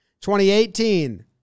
2018